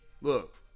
Look